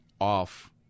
off